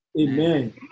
Amen